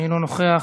אינו נוכח.